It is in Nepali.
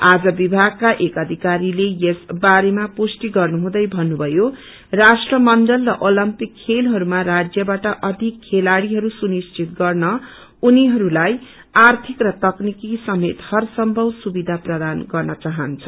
आज विभागका एक अधिकारीले यस बारेमा पुष्टी गर्नु हुँदै मन्नुमयो राष्ट्रमण्डल र ओलम्पीक खेलहरूमा राज्यबाट अधिक खेलाड़ीहरू सुनिश्चित गर्न उनिहरूलाई आर्थिक र तकनीकीय समेत हर सम्पव सुबिधा प्रदान गर्न चाहन्छ